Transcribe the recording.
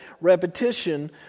repetition